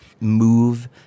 move